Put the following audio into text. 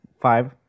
Five